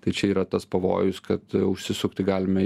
tai čia yra tas pavojus kad užsisukti galime